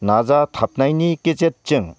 नाजाथाबनायनि गेजेरजों